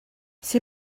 sir